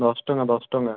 ଦଶ ଟଙ୍କା ଦଶ ଟଙ୍କା